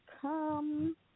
come